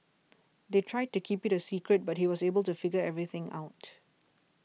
they tried to keep it a secret but he was able to figure everything out